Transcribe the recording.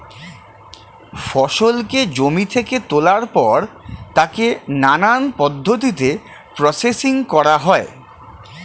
ফসলকে জমি থেকে তোলার পর তাকে নানান পদ্ধতিতে প্রসেসিং করা হয়